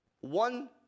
One